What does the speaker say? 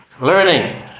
Learning